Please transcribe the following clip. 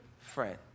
friend